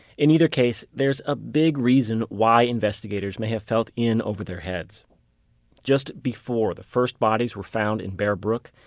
in either case, there's a big reason why investigators may have felt in over their heads just before the first bodies were found in bear brook,